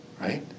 right